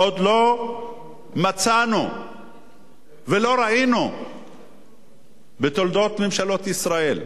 עוד לא מצאנו ולא ראינו בתולדות ממשלות ישראל.